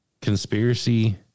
conspiracy